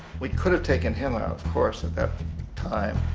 we could have take and him out of course at that time,